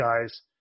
guys